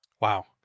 Wow